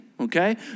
Okay